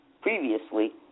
previously